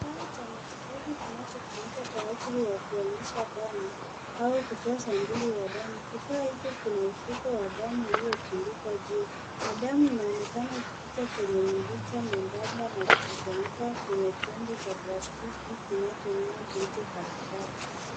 Kifaa cha matibabu kinachotumika kwa aliji ya kuonyesha damu au kutoa sampuli ya damu. Kifaa hicho kina mfuko wa damu uliotundikwa juu na damu inaonekana ikipta kwenye mirija miembamba na kukusanyika kwenye chombo cha plastiki kinachong'aa kilicho katikati.